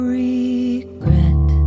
regret